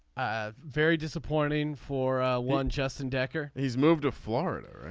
very disappointing for one justin decker. he's moved to florida.